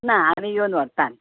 ना आमी येवन व्हरता